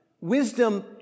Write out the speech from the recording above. Wisdom